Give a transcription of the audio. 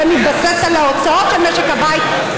שמתבסס על ההוצאות של משק הבית,